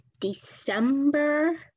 December